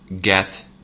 get